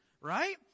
right